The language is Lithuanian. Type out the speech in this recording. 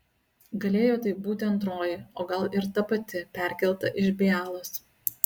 galėjo tai būti antroji o gal ir ta pati perkelta iš bialos